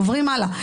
עוברים הלאה.